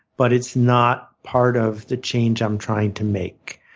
but it's not part of the change i'm trying to make.